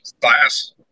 class